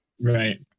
Right